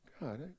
God